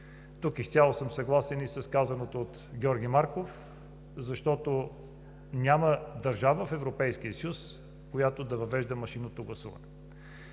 Тук изцяло съм съгласен и с казаното от Георги Марков, защото няма държава в Европейския съюз, която да въвежда машинното гласуване.